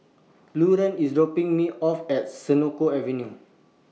Lauren IS dropping Me off At Senoko Avenue